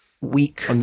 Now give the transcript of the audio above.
weak